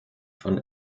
von